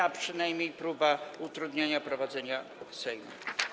a przynajmniej próba utrudniania prowadzenia Sejmu.